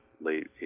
late